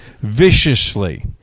viciously